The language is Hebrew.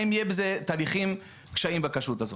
האם יהיה בזה תהליכים וקשיים בכשרות הזאת.